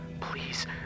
Please